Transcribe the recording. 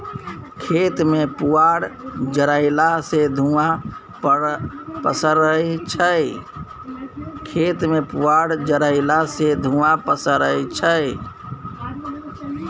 खेत मे पुआर जरएला सँ धुंआ पसरय छै